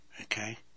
Okay